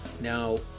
Now